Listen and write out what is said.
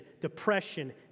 depression